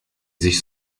sich